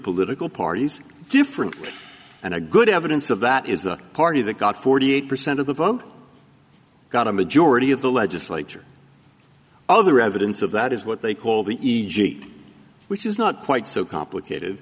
political parties differently and a good evidence of that is the party that got forty eight percent of the vote got a majority of the legislature other evidence of that is what they call the e g which is not quite so complicated